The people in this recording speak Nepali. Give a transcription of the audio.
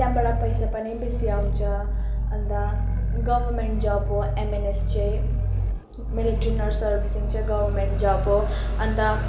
त्यहाँबाट पैसा पनि बेसी आउँछ अन्त गभर्मेन्ट जब हो एमएनएस चाहिँ मिलिट्री नर्स सर्विसिङ चाहिँ गभर्मेन्ट जब हो अन्त